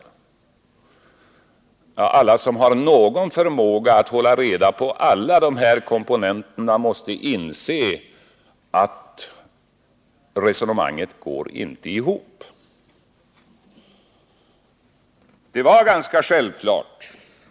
Alla som har någon förmåga att hålla reda på alla dessa komponenter måste inse att resonemanget inte går ihop.